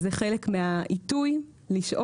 אז זה חלק מהעיתוי לשאול,